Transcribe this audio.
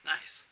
Nice